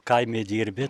kaime dirbi